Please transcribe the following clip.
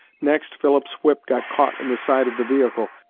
next, philip's whip got caught in the side of the vehicle,